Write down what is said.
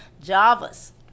Java's